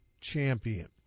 champion